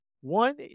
One